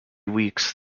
weeks